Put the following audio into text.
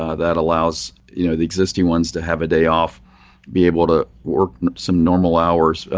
ah that allows you know the existing ones to have a day off be able to work some normal hours.